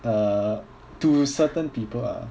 err to certain people ah